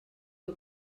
que